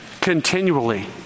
continually